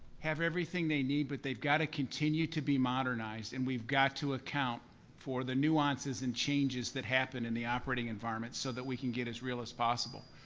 have everything they need, but they've got to continue to be modernized. and we've got to account for the nuances and changes that happen in the operating environment, so that we can get as real as possible.